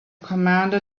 commander